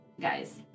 guys